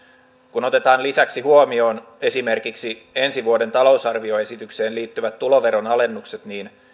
kun otetaan lisäksi huomioon esimerkiksi ensi vuoden talousarvioesitykseen liittyvät tuloveronalennukset niin